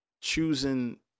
choosing